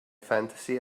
fantasy